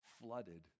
flooded